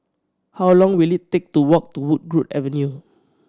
how long will it take to walk to Woodgrove Avenue